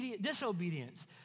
disobedience